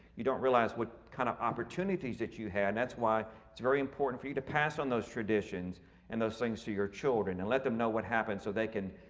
you don't realize what kind of opportunities that you had. and that's why it's very important for you to pass on those traditions and those things to your children and let them know what happened. so they can,